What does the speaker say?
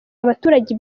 abaturage